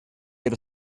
get